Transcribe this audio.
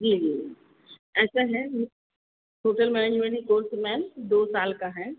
जी जी ऐसा है होटल मैनेजमेन्ट ही कोर्स है मैम दो साल का है